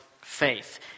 faith